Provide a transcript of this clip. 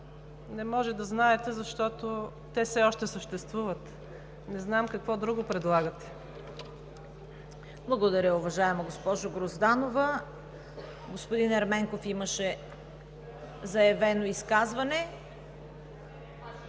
не може да знаете, защото те все още съществуват. Не знам какво друго предлагате? ПРЕДСЕДАТЕЛ ЦВЕТА КАРАЯНЧЕВА: Благодаря, уважаема госпожо Грозданова. Господин Ерменков имаше заявено изказване.